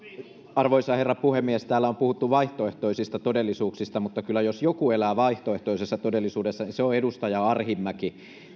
arvoisa herra puhemies täällä on puhuttu vaihtoehtoisista todellisuuksista mutta kyllä jos joku elää vaihtoehtoisessa todellisuudessa se on edustaja arhinmäki